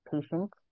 patients